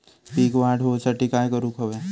पीक वाढ होऊसाठी काय करूक हव्या?